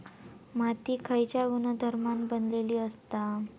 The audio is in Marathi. माती खयच्या गुणधर्मान बनलेली असता?